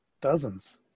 dozens